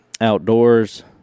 outdoors